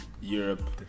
Europe